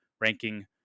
ranking